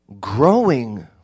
growing